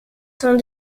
sont